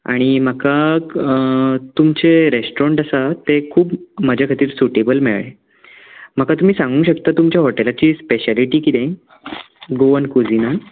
आनी म्हाका तुमचें रेस्टॉरंट आसा तें म्हाजे खातीर सुटेबल मेळ्ळें म्हाका तुमी सांगूंक शकता तुमच्या हॉटेलाची स्पेशेलीटी कितें गोवन कुझिनांत